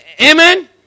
Amen